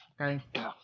Okay